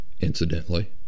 incidentally